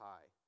High